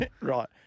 Right